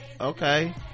okay